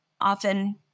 often